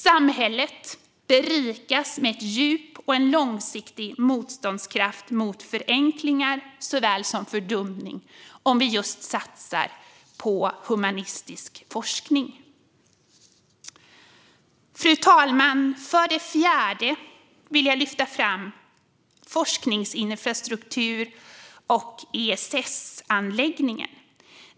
Samhället berikas med ett djup och en långsiktig motståndskraft mot såväl förenklingar som fördumning om vi satsar på humanistisk forskning. Fru talman! För det fjärde vill jag lyfta fram forskningsinfrastruktur och ESS-anläggningen.